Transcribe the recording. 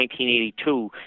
1982